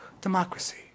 democracy